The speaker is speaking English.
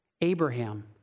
Abraham